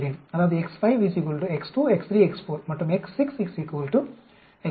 அதாவது x5 x2 x3 x4 மற்றும் x6 x1 x2 x3 x4